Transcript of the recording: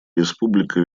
республика